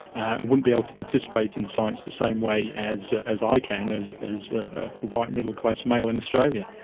and wouldn't be able to participate in science the same way as as i can, as as a white middle-class male in australia.